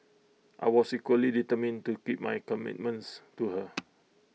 I was equally determined to keep my commitments to her